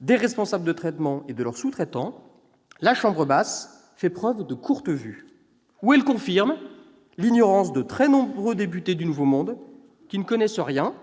des responsables de traitement et de leurs sous-traitants, la chambre basse fait preuve de courte vue. À moins qu'elle ne confirme l'ignorance de très nombreux députés du nouveau monde, qui ne connaissent rien-